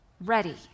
ready